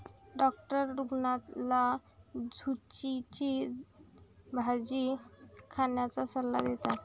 doctor रुग्णाला झुचीची भाजी खाण्याचा सल्ला देतात